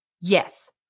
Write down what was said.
yes